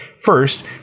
First